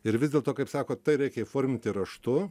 ir vis dėlto kaip sakot tai reikia įforminti raštu